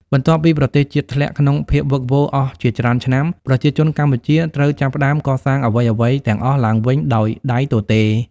បន្ទាប់ពីប្រទេសជាតិធ្លាក់ក្នុងភាពវឹកវរអស់ជាច្រើនឆ្នាំ ប្រជាជនកម្ពុជាត្រូវចាប់ផ្តើមកសាងអ្វីៗទាំងអស់ឡើងវិញដោយដៃទទេ។